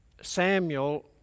Samuel